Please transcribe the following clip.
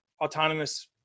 autonomous